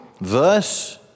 thus